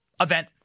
event